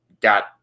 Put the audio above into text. got